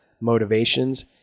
motivations